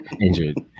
injured